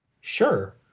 Sure